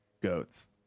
Goats